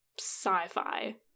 sci-fi